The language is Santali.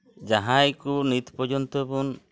ᱡᱟᱦᱟᱸᱭ ᱠᱚ ᱱᱤᱛ ᱯᱚᱨᱡᱚᱱᱛᱚᱵᱚᱱ